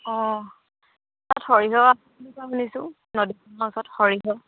অঁ তাত সৰিয়হ আছে বুলি কোৱা শুনিছোঁ নদীখনৰ ওচৰত সৰিয়হ